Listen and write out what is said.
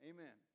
Amen